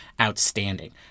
outstanding